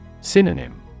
Synonym